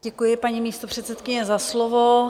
Děkuji, paní místopředsedkyně, za slovo.